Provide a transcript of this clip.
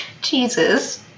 Jesus